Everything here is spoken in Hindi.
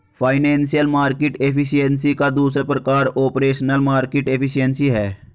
फाइनेंशियल मार्केट एफिशिएंसी का दूसरा प्रकार ऑपरेशनल मार्केट एफिशिएंसी है